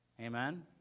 Amen